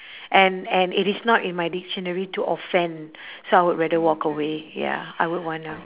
and and it is not in my dictionary to offend so I would rather walk away ya I would wanna